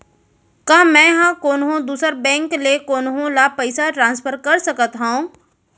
का मै हा कोनहो दुसर बैंक ले कोनहो ला पईसा ट्रांसफर कर सकत हव?